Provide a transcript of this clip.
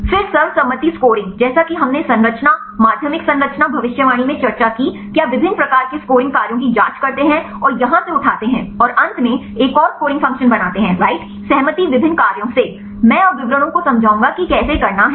फिर सर्वसम्मति स्कोरिंग जैसा कि हमने संरचना माध्यमिक संरचना भविष्यवाणी में चर्चा की आप विभिन्न प्रकार के स्कोरिंग कार्यों की जांच करते हैं और यहां से उठाते हैं और अंत में एक और स्कोरिंग फ़ंक्शन बनाते हैं राइट सहमति विभिन्न कार्यों से मैं अब विवरणों को समझाऊंगा कि कैसे करना है